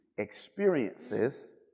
experiences